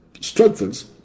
strengthens